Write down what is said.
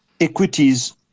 equities